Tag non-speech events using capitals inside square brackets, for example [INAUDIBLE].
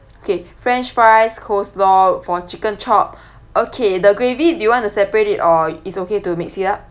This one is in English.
okay french fries coleslaw for chicken chop [BREATH] okay the gravy do you want to separate it or it's okay to mix it up